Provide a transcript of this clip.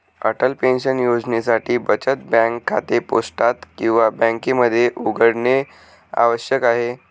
Atal pension योजनेसाठी बचत bank खाते पोस्टात किंवा बँकेमध्ये उघडणे आवश्यक आहे